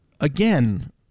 again